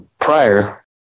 prior